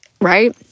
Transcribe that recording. right